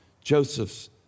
Joseph's